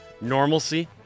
normalcy